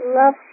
love